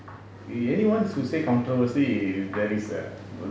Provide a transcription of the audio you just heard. anyone who say controversy is very sad